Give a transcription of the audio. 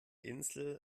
insel